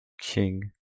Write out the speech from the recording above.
king